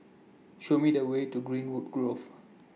Show Me The Way to Greenwood Grove